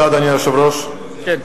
אדוני היושב-ראש, תודה.